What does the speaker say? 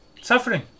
Suffering